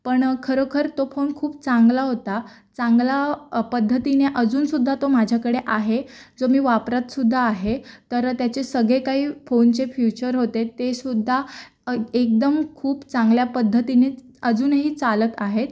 पण खरोखर तो फोन खूप चांगला होता चांगला पद्धतीने अजूनसुद्धा तो माझ्याकडे आहे जो मी वापरतसुद्धा आहे तर त्याचे सगळे काही फोनचे फ्युचर होते तेसुद्धा एकदम खूप चांगल्या पद्धतीनेच अजूनही चालत आहेत